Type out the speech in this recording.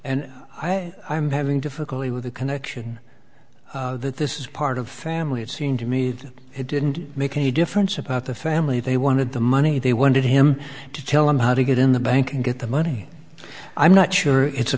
and i am having difficulty with the connection that this is part of family it seemed to me that it didn't make any difference about the family they wanted the money they wanted him to tell him how to get in the bank and get the money i'm not sure it's a